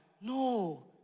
no